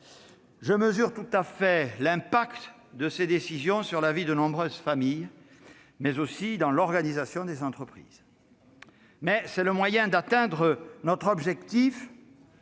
Je mesure tout à fait l'impact de ces décisions sur la vie de nombreuses familles, mais aussi dans l'organisation des entreprises. Cependant, c'est le moyen d'atteindre notre objectif